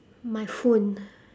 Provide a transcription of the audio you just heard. my phone